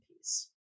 piece